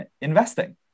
investing